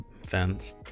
fence